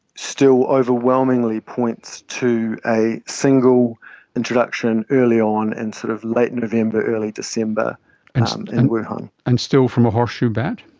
still overwhelmingly points to a single introduction early on in and sort of late november, early december in wuhan. and still from a horseshoe bat?